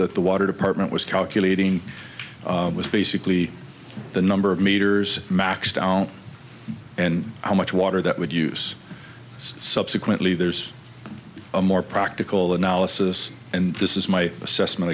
that the water department was calculating was basically the number of meters maxed out there how much water that would use subsequently there's a more practical analysis and this is my assessment